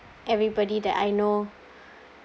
everybody that I know